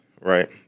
right